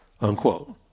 Unquote